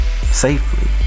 safely